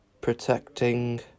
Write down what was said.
protecting